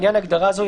לעניין הגדרה זו,